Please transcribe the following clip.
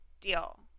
deal